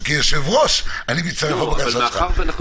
כיושב-ראש אני מצטרף לבקשתך.